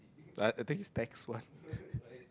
I I think taxi one